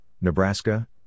Nebraska